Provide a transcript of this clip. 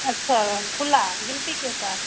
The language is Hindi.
अच्छा खुला गिनती के साथ